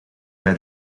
bij